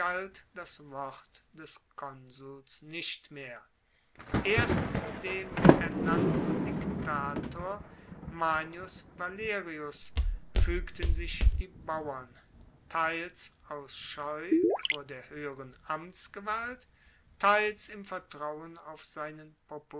das wort des konsuls nicht mehr erst dem ernannten diktator manius valerius fuegten sich die bauern teils aus scheu vor der hoeheren amtsgewalt teils im vertrauen auf seinen